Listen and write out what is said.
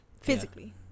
physically